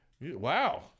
wow